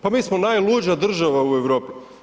Pa mi smo najluđa država u Europi.